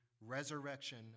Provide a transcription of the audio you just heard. resurrection